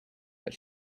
but